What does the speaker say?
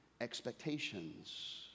expectations